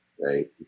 right